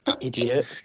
idiot